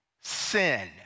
sin